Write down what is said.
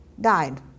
died